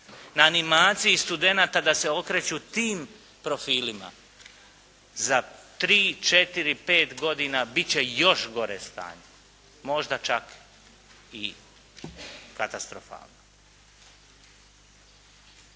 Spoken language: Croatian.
na animaciji studenata da se okreću tim profilima, za 3, 4, 5 godina biti će još gore stanje, možda čak i katastrofalno.